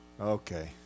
okay